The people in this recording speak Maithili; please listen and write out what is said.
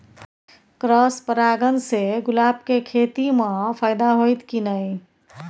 क्रॉस परागण से गुलाब के खेती म फायदा होयत की नय?